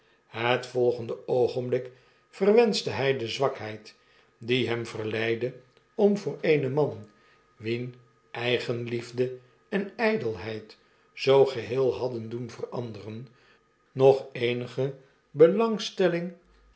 het volgende oogenblik verwenschte hy de zwakheid die hem verleidde om voor eenen man wien eigenliefde en pelheid zoo geheel hadden doen veranderen nogeenigebelangstelling